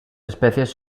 especies